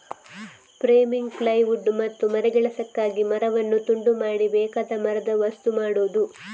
framing, plywood ಮತ್ತು ಮರಗೆಲಸಕ್ಕಾಗಿ ಮರವನ್ನು ತುಂಡು ಮಾಡಿ ಬೇಕಾದ ಮರದ ವಸ್ತು ಮಾಡುದು